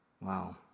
Wow